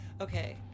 Okay